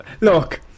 look